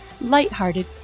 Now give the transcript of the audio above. lighthearted